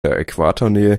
äquatornähe